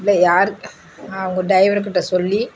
இல்லை யாருக் ஆ உங்கள் ட்ரைவருக்கிட்ட சொல்லி